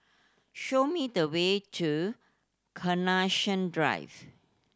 show me the way to Carnation Drive